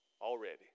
Already